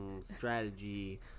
Strategy